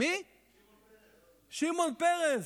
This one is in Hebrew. שמעון פרס,